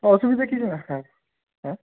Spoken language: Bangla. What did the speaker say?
অসুবিধা কিছু না হ্যাঁ হ্যাঁ